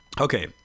okay